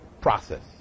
process